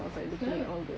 kenapa